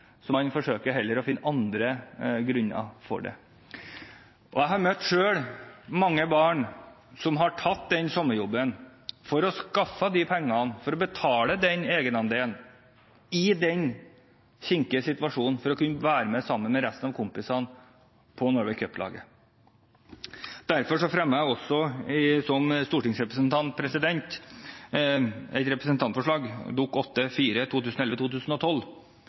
så de forsøker heller å finne opp andre grunner. Jeg har selv møtt mange barn som i en kinkig situasjon har tatt sommerjobb for å skaffe disse pengene for å kunne betale egenandelen for å kunne være med resten av kompisene på Norway Cup-laget. Jeg fremmet også som stortingsrepresentant et representantforslag,